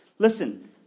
Listen